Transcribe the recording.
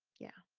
yeah.